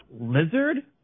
Lizard